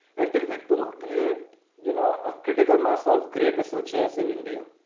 until we don't create you know a critical mass ah of great researchers in india,